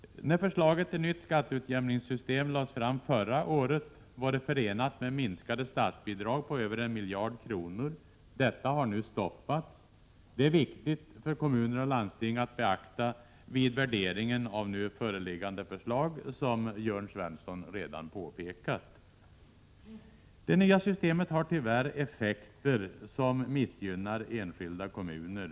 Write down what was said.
När förslaget till nytt skatteutjämningssystem lades fram förra året, var det förenat med minskade statsbidrag på över 1 miljard kronor. Detta har nu stoppats. Det är viktigt för kommuner och landsting att beakta vid värderingen av nu föreliggande förslag, som Jörn Svensson redan har pekat på. Det nya systemet har, tyvärr, effekter som missgynnar enskilda kommuner.